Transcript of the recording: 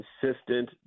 consistent